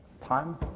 time